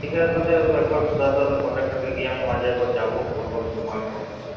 ঠিক আছে তাহলে একবার শুধাতে হবে কন্ডাক্টারকে গিয়ে আমি মাঝে একবার যাবো বলবো দুটো মাল কম এসছে